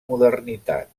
modernitat